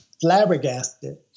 flabbergasted